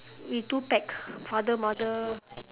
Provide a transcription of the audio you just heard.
we two pax father mother